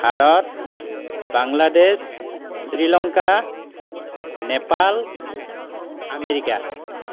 Bharat Bangladesh Sri Lanka Nepal America